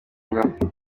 ngombwa